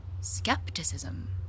Skepticism